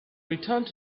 returned